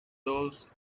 those